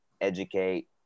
educate